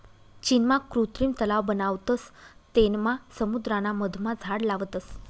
चीनमा कृत्रिम तलाव बनावतस तेनमा समुद्राना मधमा झाड लावतस